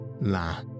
La